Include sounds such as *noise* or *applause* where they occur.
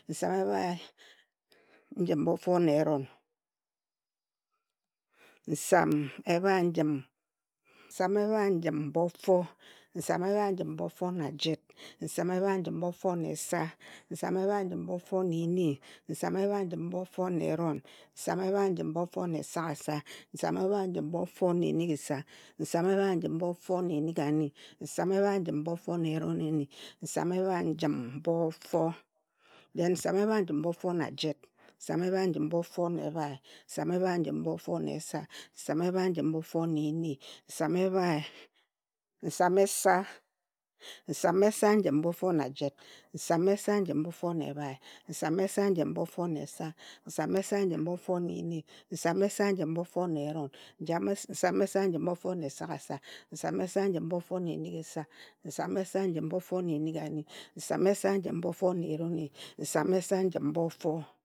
Nsam ebhae njim bofo na eron, nsam ebhae njim bofo na esagasa, nsam ebhae njim bofo na enigisa, nsam ebhae njim bofo na enigani, nsam ebhae njim bofo na eroneni, nsam ebhae njim bofo, then *unintelligible* nsam ebhae njim bofo na jit, nsam ebhae njim bofo na ebhae, nsam ebhae njim bofo na esa, nsam ebhae njim bofo na eni, nsam ebhae, nsam esa, nsam esa njim bofo na jit, nsam esa njim bofo na ebhae, nsam esa njim bofo na esa, nsam esa njim bofo na eni, nsam esa njim bofo na eron, nsam esa njim bofo na esagasa, nsam esa njim bofo na enigisa, nsam esa njim bofo na enigani, nsam esa njim bofo na eroneni, nsam esa njim bofo.